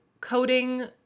coding